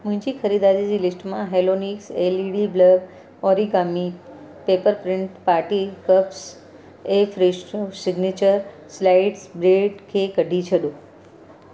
मुंहिंजी ख़रीदारी जी लिस्ट मां Halonix L E D bulb origami paper print party cups ऐं फ्रेशो सिग्नेचर स्लाइस्ड ब्रेड खे कढी छॾियो